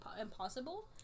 impossible